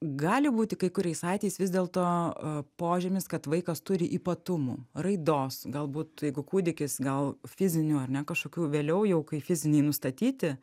gali būti kai kuriais atvejais vis dėlto požymis kad vaikas turi ypatumų raidos galbūt jeigu kūdikis gal fizinių ar ne kažkokių vėliau jau kai fiziniai nustatyti